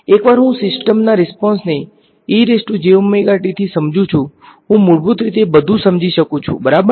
એકવાર હું સિસ્ટમના રીસ્પોંસ ને થી સમજું છું હું મૂળભૂત રીતે બધું સમજી શકું છું બરાબરને